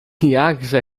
jakże